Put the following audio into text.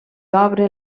obre